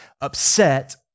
upset